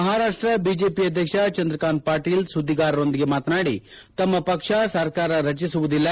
Maharashtra BJP ಆಧ್ಯಕ್ಷ ಚಂದ್ರಕಾಂತ್ ಪಾಟೀಲ್ ಸುದ್ದಿಗಾರರೊಂದಿಗೆ ಮಾತನಾಡಿ ತಮ್ಮ ಪಕ್ಷ ಸರ್ಕಾರ ರಟಿಸುವುದಿಲ್ಲ